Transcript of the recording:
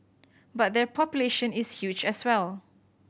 but their population is huge as well